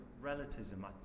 relativism